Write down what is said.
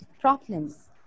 problems